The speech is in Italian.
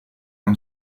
non